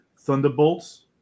Thunderbolts